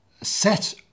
set